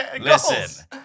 Listen